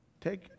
Take